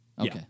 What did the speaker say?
Okay